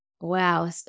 Wow